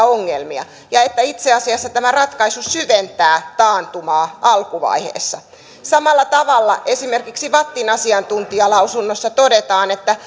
ongelmia ja että itse asiassa tämä ratkaisu syventää taantumaa alkuvaiheessa samalla tavalla esimerkiksi vattin asiantuntijalausunnossa todetaan että